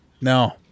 No